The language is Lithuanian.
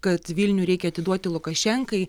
kad vilnių reikia atiduoti lukašenkai